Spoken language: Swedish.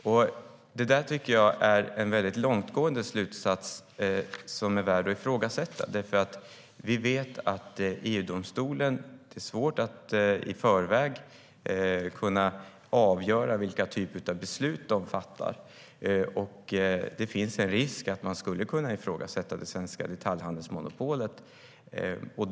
Jag tycker att det är en långtgående slutsats som är värd att ifrågasätta. Vi vet att det är svårt att i förväg kunna avgöra vilka typer av beslut EU-domstolen fattar. Det finns en risk att de skulle kunna ifrågasätta det svenska detaljhandelsmonopolet.